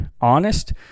honest